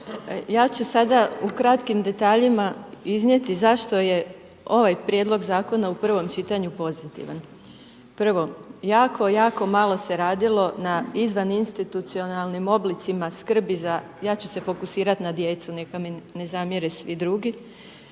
Ja ću sada u kratkim detaljima iznijeti zašto je ovaj prijedlog zakona u prvom čitanju pozitivan. Prvo, jako, jako malo se radilo na izvan institucionalnim oblicima skrbi za, ja ću se fokusirat na djecu, neka mi ne zamjere svi drugi,